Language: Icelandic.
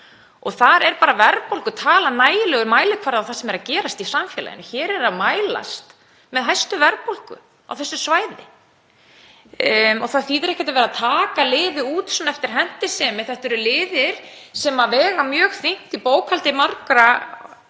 þar er bara verðbólgutalan nægilegur mælikvarði á það sem er að gerast í samfélaginu. Hér er að mælast með hæstu verðbólgu, á þessu svæði. Það þýðir ekkert að vera að taka liði út eftir hentisemi. Þetta eru liðir sem vega mjög þungt í bókhaldi margra sem